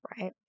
Right